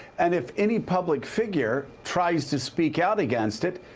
and if any public figure tries to speak out against it,